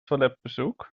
toiletbezoek